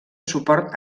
suport